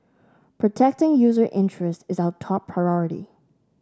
protecting user interests is our top priority